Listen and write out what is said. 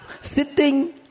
Sitting